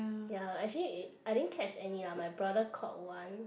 ya actually I didn't catch any lah my brother caught one